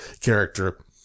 character